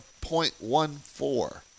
0.14